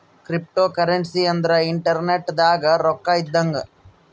cryptocurrency ಅಂದ್ರ internet ದಾಗ ರೊಕ್ಕ ಇದ್ದಂಗ